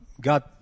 God